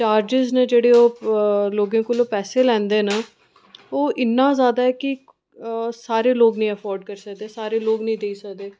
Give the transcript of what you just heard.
charges ने जेह्ड़े ओह् लोगें कोला पैसे लैंदे न ओह् इन्ना ज़्यादा ऐ कि सारे लोक नी एफोर्ड करी सकदे सारे लोक नेईं देई सकदे